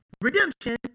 redemption